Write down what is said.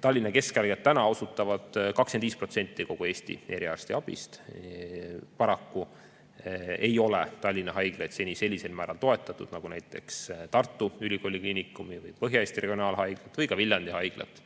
Tallinna keskhaiglad täna osutavad 25% kogu Eesti eriarstiabist. Paraku ei ole Tallinna haiglaid seni sellisel määral toetatud nagu Tartu Ülikooli Kliinikumi, Põhja-Eesti Regionaalhaiglat või ka Viljandi Haiglat,